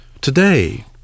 today